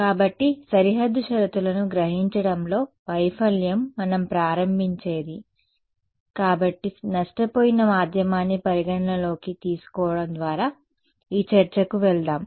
కాబట్టి సరిహద్దు షరతులను గ్రహించడంలో వైఫల్యం మనం ప్రారంభించేది కాబట్టి నష్టపోయిన మాధ్యమాన్ని పరిగణనలోకి తీసుకోవడం ద్వారా ఈ చర్చకు వెళ్దాం